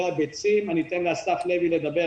הביצים אתן לאסף לוי לדבר.